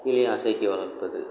கிளி ஆசைக்கு வளர்ப்பது